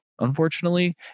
unfortunately